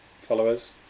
followers